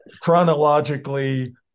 chronologically